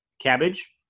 cabbage